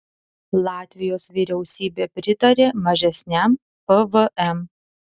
latvijos vyriausybė pritarė mažesniam pvm